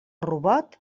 robot